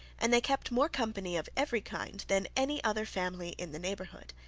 and they kept more company of every kind than any other family in the neighbourhood.